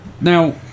Now